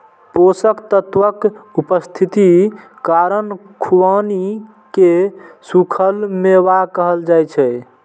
पोषक तत्वक उपस्थितिक कारण खुबानी कें सूखल मेवा कहल जाइ छै